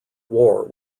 war